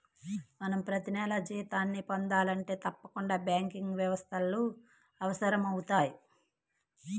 మనం ప్రతినెలా జీతాన్ని పొందాలంటే తప్పకుండా బ్యాంకింగ్ వ్యవస్థలు అవసరమవుతయ్